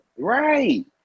Right